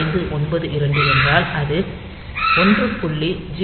0592 என்றால் அது 1